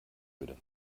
öde